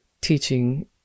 teaching